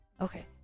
Okay